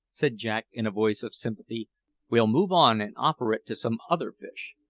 said jack in a voice of sympathy we'll move on and offer it to some other fish.